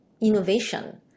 innovation